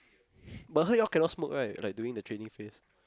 but I heard you all cannot smoke right like during the training phase